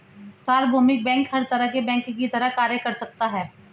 सार्वभौमिक बैंक हर तरह के बैंक की तरह कार्य कर सकता है